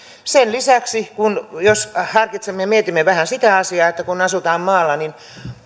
sen lisäksi jos harkitsemme mietimme vähän sitä asiaa että kun asutaan maalla niin